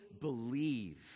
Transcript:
believe